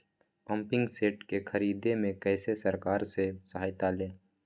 Pumping set के ख़रीदे मे कैसे सरकार से सहायता ले?